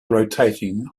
rotating